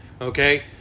Okay